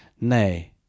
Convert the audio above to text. nay